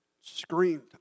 screamed